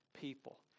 people